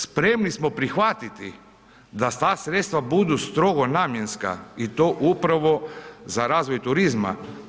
Spremni smo prihvatiti da sva sredstva budu strogo namjenska i to upravo za razvoj turizma.